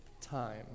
time